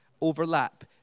overlap